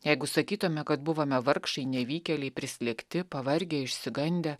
jeigu sakytume kad buvome vargšai nevykėliai prislėgti pavargę išsigandę